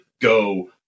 go